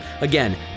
Again